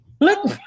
Look